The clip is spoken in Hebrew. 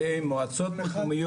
זה מישהו אחר.